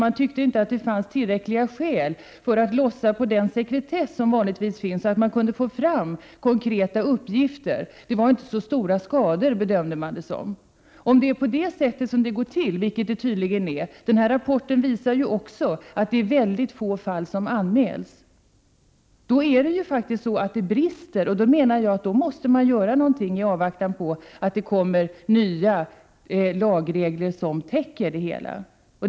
Man tyckte inte att det fanns tillräckliga skäl att lossa på den sekretess som vanligtvis finns så att man skulle kunna få fram konkreta uppgifter. Man bedömde att det inte var så stora skador. Det kan tydligen gå till på det viset. Rapporten visar också att det är väldigt få fall som anmäls. Det är då faktiskt någonting som brister. Jag menar att man måste göra någonting åt saken, i avvaktan på att det kommer nya lagregler som täcker detta.